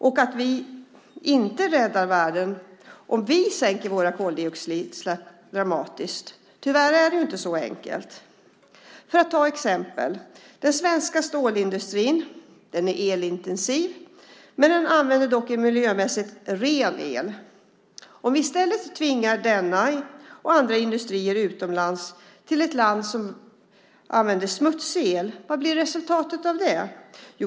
Vi räddar inte världen om bara vi sänker våra koldioxidutsläpp dramatiskt. Tyvärr är det inte så enkelt. Vi tar ett exempel. Den svenska stålindustrin är elintensiv men använder dock en miljömässigt ren el. Om vi i stället tvingar denna och andra industrier utomlands till ett land som använder smutsig, vad blir resultatet av det?